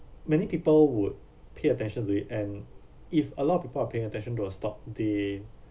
many people would pay attention to it and if a lot of people are paying attention to a stock they